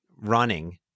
running